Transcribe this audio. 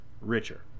richer